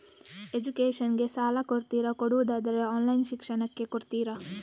Education ಗೆ ಸಾಲ ಕೊಡ್ತೀರಾ, ಕೊಡುವುದಾದರೆ ಆನ್ಲೈನ್ ಶಿಕ್ಷಣಕ್ಕೆ ಕೊಡ್ತೀರಾ?